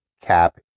Cap